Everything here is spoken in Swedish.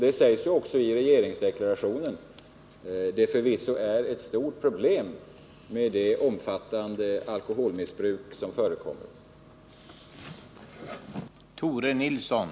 Det sägs ju också i regeringsdeklarationen att det omfattande alkoholmissbruket förvisso är ett stort problem.